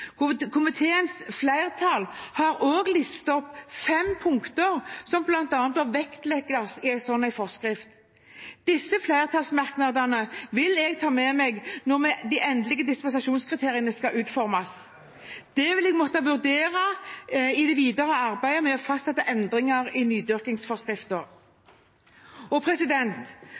Komiteens flertall har også listet opp fem punkter som bør vektlegges i en slik forskrift. Disse flertallsmerknadene vil jeg ta med meg når de endelige dispensasjonskriteriene skal utformes. Det vil jeg måtte vurdere i det videre arbeidet med å fastsette endringer i nydyrkingsforskriften.